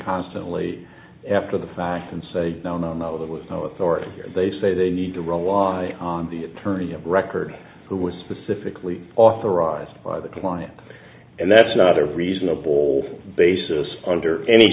constantly after the fact and say no no no there was no authority they say they need to rely on the attorney of record who was specifically authorized by the client and that's not a reasonable basis under any